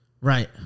Right